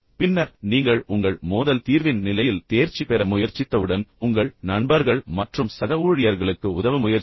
பின்னர் நீங்கள் உங்கள் மோதல் தீர்வின் நிலையில் தேர்ச்சி பெற முயற்சித்தவுடன் உங்கள் நண்பர்கள் மற்றும் சக ஊழியர்களுக்கு உதவ முயற்சிக்கவும்